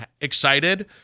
excited